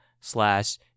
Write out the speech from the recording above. slash